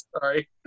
sorry